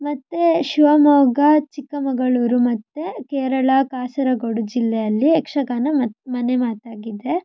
ಮತ್ತು ಶಿವಮೊಗ್ಗ ಚಿಕ್ಕಮಗಳೂರು ಮತ್ತು ಕೇರಳ ಕಾಸರಗೋಡು ಜಿಲ್ಲೆಯಲ್ಲಿ ಯಕ್ಷಗಾನ ಮತ್ತು ಮನೆಮಾತಾಗಿದೆ